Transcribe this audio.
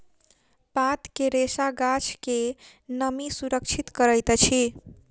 पात के रेशा गाछ के नमी सुरक्षित करैत अछि